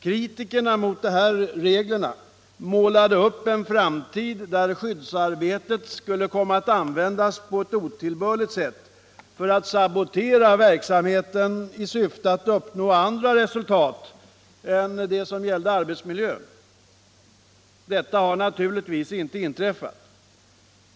Kritikerna mot de här reglerna målade upp en framtid där skyddsarbetet skulle komma att användas på ett otillbörligt sätt för att sabotera verksamheten i syfte att uppnå andra resultat än de som gäller arbetsmiljön. Detta har naturligtvis inte inträffat.